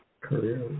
Career